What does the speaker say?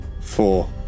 Four